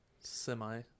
Semi